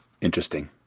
Interesting